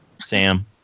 Sam